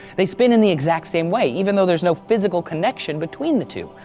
they spin in the exact same way! even though there's no physical connection between the two,